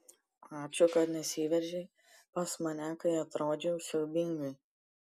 ačiū kad nesiveržei pas mane kai atrodžiau siaubingai